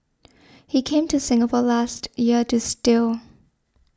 he came to Singapore last year to steal